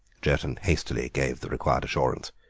jerton hastily gave the required assurance.